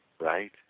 right